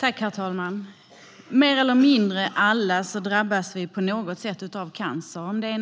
Herr talman! Mer eller mindre alla drabbas vi på något sätt av cancer. Det